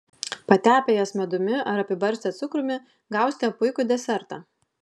patepę jas medumi ar apibarstę cukrumi gausite puikų desertą